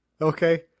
Okay